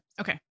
Okay